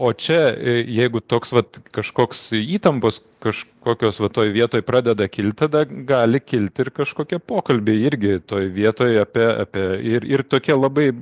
o čia jeigu toks vat kažkoks įtampos kažkokios va toj vietoj pradeda kilti tada gali kilti ir kažkokie pokalbiai irgi toj vietoj apie apie ir ir tokia labai